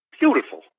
beautiful